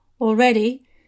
Already